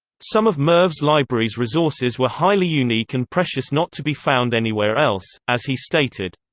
some of merv's libraries resources were highly unique and precious not to be found anywhere else, as he stated.